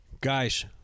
Guys